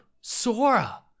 Sora